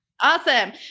Awesome